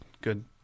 good